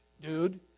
dude